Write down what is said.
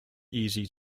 easy